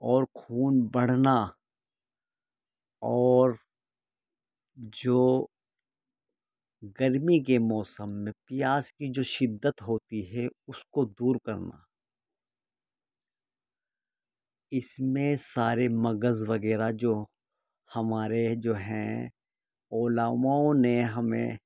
اور خون بڑھنا اور جو گرمی کے موسم میں پیاس کی جو شدت ہوتی ہے اس کو دور کرنا اس میں سارے مغز وغیرہ جو ہمارے جو ہیں علماؤں نے ہمیں